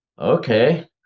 Okay